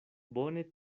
bone